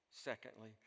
Secondly